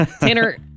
Tanner